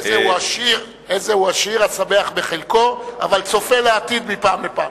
איזהו עשיר השמח בחלקו, אבל צופה לעתיד מפעם לפעם.